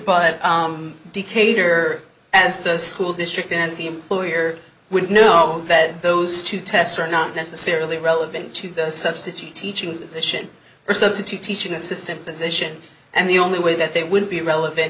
but decatur as the school district as the employer would know that those two tests are not necessarily relevant to the substitute teaching mission or substitute teaching assistant position and the only way that they would be relevant